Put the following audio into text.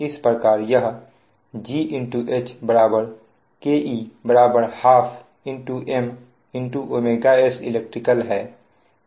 इस प्रकार यह G H KE 12 M s elect है